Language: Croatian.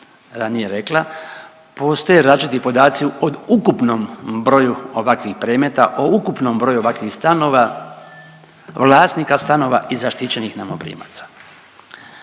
ranije rekla, postoje različiti podaci o ukupnom broju ovakvih predmeta, o ukupnom broju ovakvih stanova, vlasnika stanova i zaštićenih najmoprimaca.